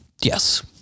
Yes